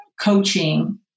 Coaching